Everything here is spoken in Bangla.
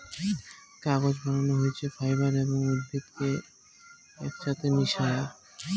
কাগজ বানানো হইছে ফাইবার এবং উদ্ভিদ কে একছাথে মিশায়া